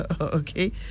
Okay